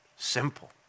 Simple